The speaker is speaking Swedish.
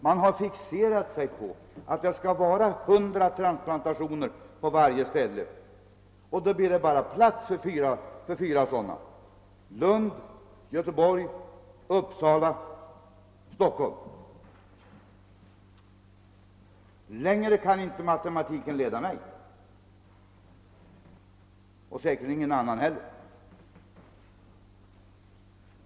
Man har fixerat sig vid att det skall vara 100 transplantationer på varje ställe, och då blir det bara plats för verksamheten på fyra orter: Lund, Göteborg, Uppsala och Stockholm. Längre kan inte matematiken leda mig och säkerligen ingen annan heller.